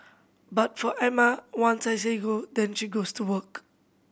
but for Emma once I say go then she goes to work